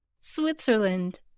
Switzerland